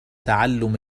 تعلم